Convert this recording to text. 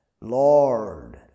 Lord